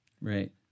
Right